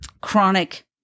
chronic